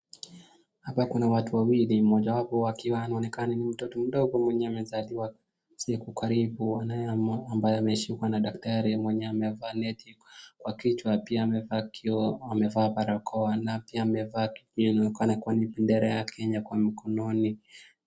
Hapa kuna watu wawili mmoja wapo akiwa anaonekana ni mtoto mdogo mwenye amezaliwa siku karibu naye ambaye ameshikwa na dakatri mwenye amevaa neti kwa kichwa pia amevaa kioo, amevaa barakoa na pia amevaa kitu inayoonekana kwani ni bandera ya kenya mkononi